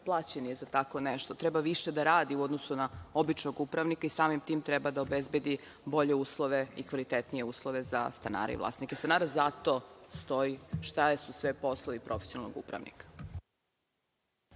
plaćen je za tako nešto. Treba više da radi u odnosu na običnog upravnika i samim tim treba da obezbedi bolje uslove i kvalitetnije uslove za stanare i vlasnike. Zato stoji šta su sve poslovi profesionalnog upravnika.